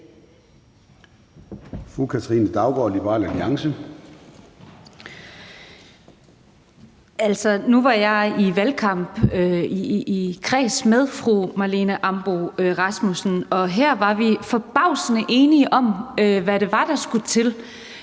Nu var jeg i valgkampen i kreds med fru Marlene Ambo-Rasmussen, og her var vi forbavsende enige om, hvad det var, der skulle til.